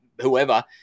whoever